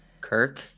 Kirk